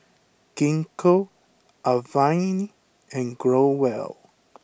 Gingko Avene and Growell